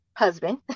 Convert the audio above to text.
husband